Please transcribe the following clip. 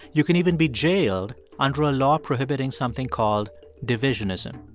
you can even be jailed under a law prohibiting something called divisionism.